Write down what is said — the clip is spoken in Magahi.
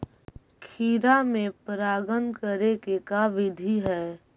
खिरा मे परागण करे के का बिधि है?